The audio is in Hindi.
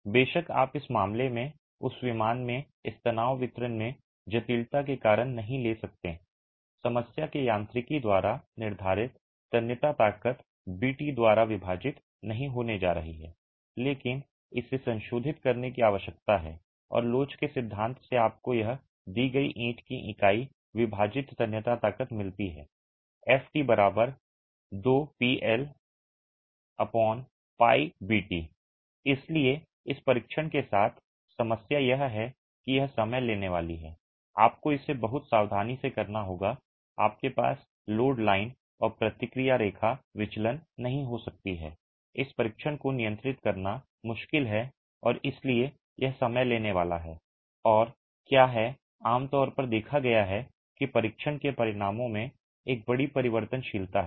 बेशक आप इस मामले में उस विमान में इस तनाव वितरण में जटिलता के कारण नहीं ले सकते हैं समस्या के यांत्रिकी द्वारा निर्धारित तन्यता ताकत बीटी द्वारा विभाजित नहीं होने जा रही है लेकिन इसे संशोधित करने की आवश्यकता है और लोच के सिद्धांत से आपको यहां दी गई ईंट इकाई की विभाजित तन्यता ताकत मिलती है Ft 2PL ⊼bt इसलिए इस परीक्षण के साथ समस्या यह है कि यह समय लेने वाली है आपको इसे बहुत सावधानी से करना होगा आपके पास लोड लाइन और प्रतिक्रिया रेखा विचलन नहीं हो सकती है इस परीक्षण को नियंत्रित करना मुश्किल है और इसलिए यह समय लेने वाला है और क्या है आमतौर पर देखा गया है कि परीक्षण के परिणामों में एक बड़ी परिवर्तनशीलता है